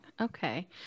okay